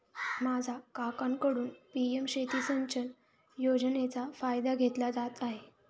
माझा काकांकडून पी.एम शेती सिंचन योजनेचा फायदा घेतला जात आहे